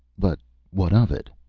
but what of it?